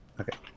Okay